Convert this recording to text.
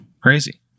Crazy